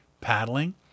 paddling